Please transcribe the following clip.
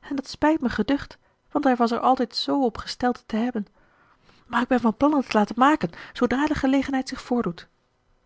en dat spijt mij geducht want hij was er altijd zoo op gesteld het te hebben maar ik ben van plan het te laten maken zoodra de gelegenheid zich voordoet